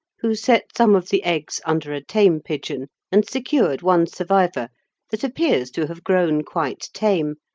who set some of the eggs under a tame pigeon and secured one survivor that appears to have grown quite tame,